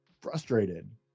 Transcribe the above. frustrated